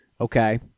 okay